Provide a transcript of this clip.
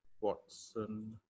Watson